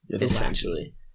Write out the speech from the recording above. essentially